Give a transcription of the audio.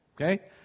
Okay